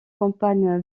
campagne